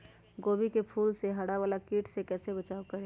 गोभी के फूल मे हरा वाला कीट से कैसे बचाब करें?